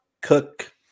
Cook